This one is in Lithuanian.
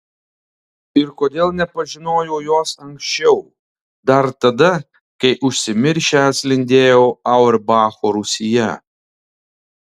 ir kodėl nepažinojau jos anksčiau dar tada kai užsimiršęs lindėjau auerbacho rūsyje